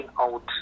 out